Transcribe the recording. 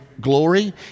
glory